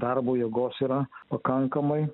darbo jėgos yra pakankamai